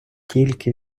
тільки